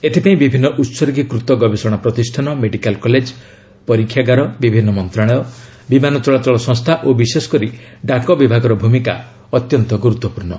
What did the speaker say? ଏଥିପାଇଁ ବିଭିନ୍ନ ଉହର୍ଗୀକୃତ ଗବେଷଣା ପ୍ରତିଷ୍ଠାନ ମେଡ଼ିକାଲ କଲେଜ ପରକ୍ଷାଗାର ବିଭିନ୍ନ ମନ୍ତ୍ରଣାଳୟ ବିମାନ ଚଳାଚଳ ସଂସ୍ଥା ଓ ବିଶେଷକରି ଡାକବିଭାଗର ଭୂମିକା ଅତ୍ୟନ୍ତ ଗୁରୁତ୍ୱପୂର୍ଷ